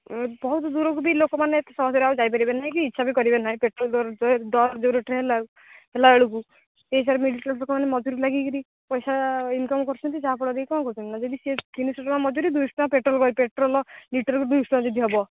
ବହୁତ ଦୂରକୁ ବି ଲୋକମାନେ ଏତେ ସହଜରେ ଆଉ ଯାଇପାରିବେ ନାହିଁ କି ଇଚ୍ଛା ବି କରିବେ ନାହିଁ ପେଟ୍ରୋଲ ଦର ଯେଉଁ ରେଟରେ ହେଲାବେଳକୁ ସେଇହିସାବରେ ମିଡ଼ିଲ କ୍ଳାସ ଲୋକମାନେ ମଜୁରୀ ଲାଗିକିରି ପଇସା ଇନକମ୍ କରୁଛନ୍ତି ଯାହାଫଳରେ କି କ'ଣ କରୁଛନ୍ତି ନା ଯଦି ସେ ତିନିଶହ ଟଙ୍କା ମଜୁରୀ ଦୁଇଶହ ଟଙ୍କା ପେଟ୍ରୋଲ କରି ପେଟ୍ରୋଲ ଲିଟରକୁ ଦୁଇଶହ ଟଙ୍କା ଯଦି ହେବ